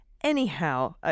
anyhow